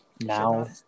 Now